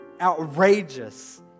outrageous